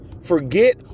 Forget